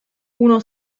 uno